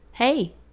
Hey